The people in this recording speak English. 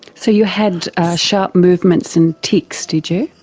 so you had sharp movements and tics, did you?